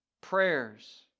prayers